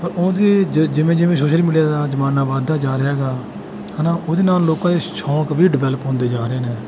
ਪਰ ਉਹਦੇ ਜ ਜਿਵੇਂ ਜਿਵੇਂ ਸੋਸ਼ਲ ਮੀਡੀਆ ਦਾ ਜ਼ਮਾਨਾ ਵੱਧਦਾ ਜਾ ਰਿਹਾ ਹੈਗਾ ਹੈ ਨਾ ਉਹਦੇ ਨਾਲ ਲੋਕਾਂ ਦੇ ਸ਼ੌਕ ਵੀ ਡਿਵੈਲਪ ਹੁੰਦੇ ਜਾ ਰਹੇ ਨੇ